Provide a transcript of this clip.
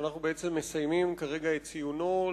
שאנחנו בעצם מסיימים כרגע את ציונו,